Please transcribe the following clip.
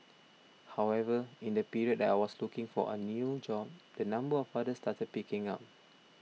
however in the period that I was looking for a new job the number of orders started picking up